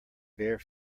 bare